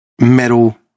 metal